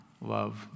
love